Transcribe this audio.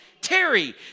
Terry